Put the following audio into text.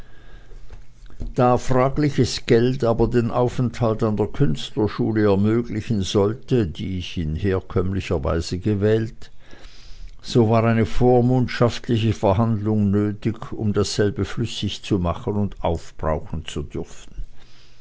da fragliches geld aber den aufenthalt an der künstlerschule ermöglichen sollte die ich in herkömmlicher weise gewählt so war eine vormundschaftliche verhandlung nötig um dasselbe flüssig machen und aufbrauchen zu dürfen